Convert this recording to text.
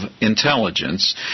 intelligence